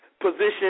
position